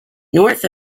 north